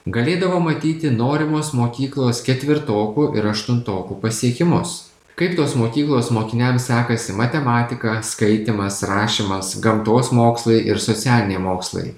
galėdavo matyti norimos mokyklos ketvirtokų ir aštuntokų pasiekimus kaip tos mokyklos mokiniams sekasi matematika skaitymas rašymas gamtos mokslai ir socialiniai mokslai